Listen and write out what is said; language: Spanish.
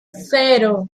cero